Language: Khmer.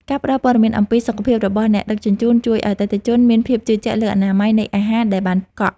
ការផ្ដល់ព័ត៌មានអំពីសុខភាពរបស់អ្នកដឹកជញ្ជូនជួយឱ្យអតិថិជនមានភាពជឿជាក់លើអនាម័យនៃអាហារដែលបានកក់។